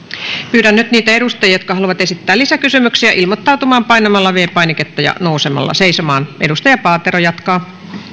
pyydän nyt niitä edustajia jotka haluavat esittää lisäkysymyksiä ilmoittautumaan painamalla viides painiketta ja nousemalla seisomaan edustaja paatero jatkaa